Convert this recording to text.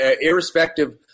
irrespective